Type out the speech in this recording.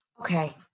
Okay